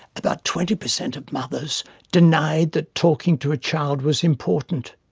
about twenty per cent of mothers denied that talking to a child was important.